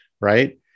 Right